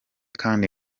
kandi